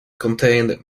contained